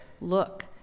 Look